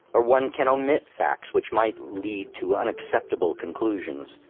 or one can omit facts which might lead to unacceptable conclusions.